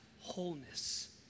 wholeness